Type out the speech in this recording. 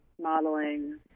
modeling